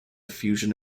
fusion